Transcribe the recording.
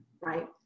right